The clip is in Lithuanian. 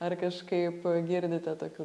ar kažkaip girdite tokių